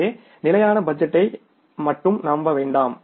எனவே ஸ்டாடிக் பட்ஜெட்டை மட்டும் நம்ப வேண்டாம்